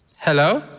Hello